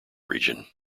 region